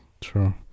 true